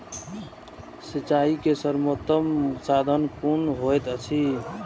सिंचाई के सर्वोत्तम साधन कुन होएत अछि?